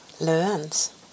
learns